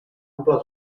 ampla